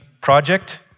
project